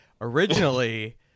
originally